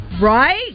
Right